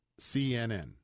CNN